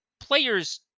players